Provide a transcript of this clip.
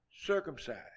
circumcised